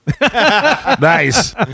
Nice